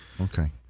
Okay